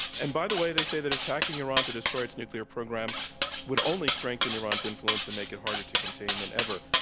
and, by the way, they say that attacking iran to destroy its nuclear program would only strengthen iran's influence and make it harder to contain than ever.